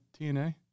TNA